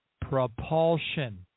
propulsion